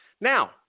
Now